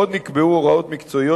עוד נקבעו בהצעת החוק הוראות מקצועיות